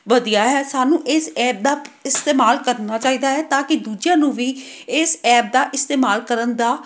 ਵਧੀਆ ਹੈ ਸਾਨੂੰ ਇਸ ਐਪ ਦਾ ਇਸਤੇਮਾਲ ਕਰਨਾ ਚਾਹੀਦਾ ਹੈ ਤਾਂ ਕਿ ਦੂਜਿਆਂ ਨੂੰ ਵੀ ਇਸ ਐਪ ਦਾ ਇਸਤੇਮਾਲ ਕਰਨ ਦਾ